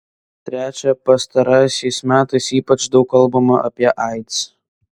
trečia pastaraisiais metais ypač daug kalbama apie aids